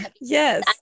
Yes